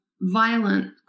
Violent